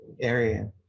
Area